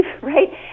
right